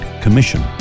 Commission